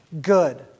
good